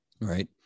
Right